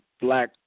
black